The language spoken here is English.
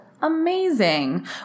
Amazing